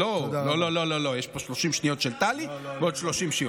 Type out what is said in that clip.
זה לא כסף שלך.